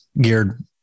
geared